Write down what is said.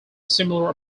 similar